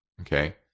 okay